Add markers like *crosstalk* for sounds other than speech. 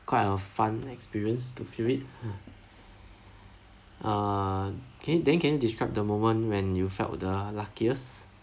quite a fun experience to feel it *breath* err can then can you describe the moment when you felt the luckiest